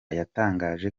yatangaje